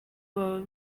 baba